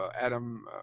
Adam